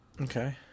Okay